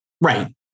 Right